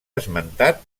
esmentat